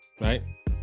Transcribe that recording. Right